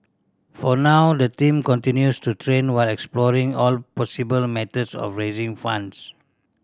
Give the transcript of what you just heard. for now the team continues to train while exploring all possible methods of raising funds